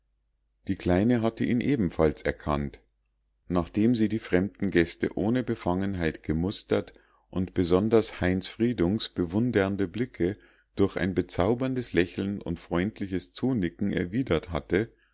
die kleine hatte ihn ebenfalls erkannt nachdem sie die fremden gäste ohne befangenheit gemustert und besonders heinz friedungs bewundernde blicke durch ein bezauberndes lächeln und freundliches zunicken erwidert hatte